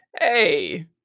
Hey